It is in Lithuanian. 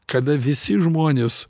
kada visi žmonės